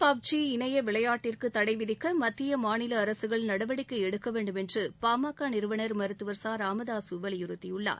PUBG இணைய விளையாட்டிற்கு் தடைவிதிக்க மத்திய மாநில அரசுகள நடவடிக்கை எடுக்க வேண்டும் என்று பாமக நிறுவனர் மருத்துவர் ச ராமதாசு வலியுறுத்தியுள்ளார்